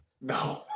No